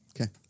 okay